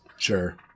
Sure